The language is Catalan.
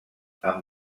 amb